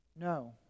No